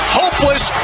hopeless